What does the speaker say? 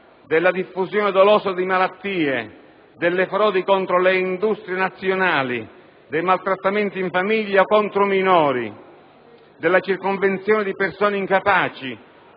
della diffusione dolosa di malattie, delle frodi contro le industrie nazionali, dei maltrattamenti in famiglia contro minori, della circonvenzione di persone incapaci,